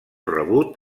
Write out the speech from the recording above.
rebut